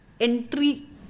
entry